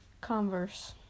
Converse